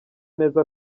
neza